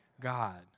God